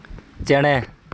ᱪᱮᱬᱮ